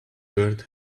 heart